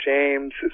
James